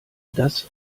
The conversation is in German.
das